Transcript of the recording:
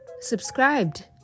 subscribed